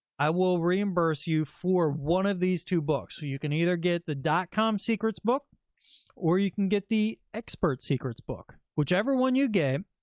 i will reimburse you for one of these two books. so you can either get the dotcom secrets book or you can get the expert secrets book, whichever one you get,